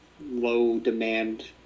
low-demand